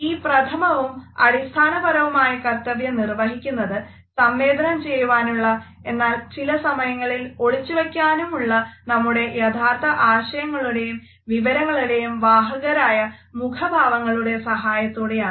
ഈ പ്രഥമവും അടിസ്ഥാനപരവുമായ കർത്തവ്യം നിർവഹിക്കുന്നത് സംവേദനം ചെയ്യുവാനുള്ള എന്നാൽ ചില സമയങ്ങളിൽ ഒളിച്ചുവെക്കുവാനുമുള്ള നമ്മുടെ യഥാർത്ഥ ആശയങ്ങളുടെയും വിവരങ്ങളുടെയും വാഹകരായ മുഖഭാവങ്ങളുടെ സഹായത്തോടെയാണ്